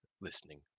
listening